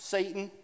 Satan